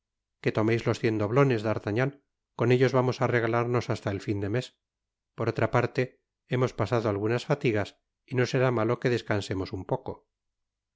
que tomeis los cien doblones d'artagnan con ellos vamos á regalarnos hasta el fin del mes por otra parte hemos pasado algunas fatigas y no será malo que descansemos un poco